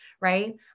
right